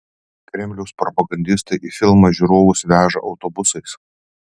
kremliaus propagandistai į filmą žiūrovus veža autobusais